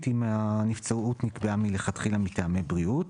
אם הנבצרות נקבעה מלכתחילה מטעמי בריאות.